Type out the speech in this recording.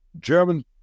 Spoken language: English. German